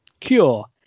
cure